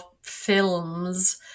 films